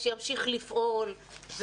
שימשיך לפעול,